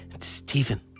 Stephen